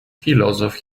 filozof